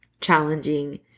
challenging